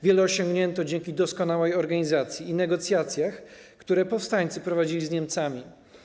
Wiele osiągnięto dzięki doskonałej organizacji i negocjacjom, które powstańcy prowadzili z Niemcami.